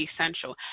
essential